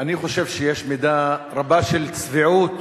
אני חושב שיש מידה רבה של צביעות